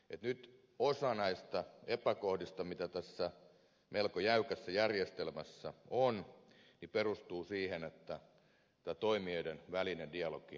nyt osa näistä epäkohdista mitä tässä melko jäykässä järjestelmässä on perustuu siihen että tämä toimijoiden välinen dialogi on riittämätöntä